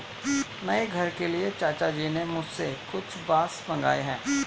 नए घर के लिए चाचा जी ने मुझसे कुछ बांस मंगाए हैं